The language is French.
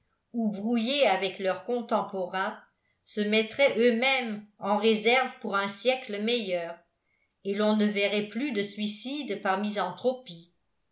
ou brouillés avec leurs contemporains se mettraient eux-mêmes en réserve pour un siècle meilleur et l'on ne verrait plus de suicides par misanthropie